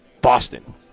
Boston